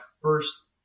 first